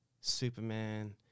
Superman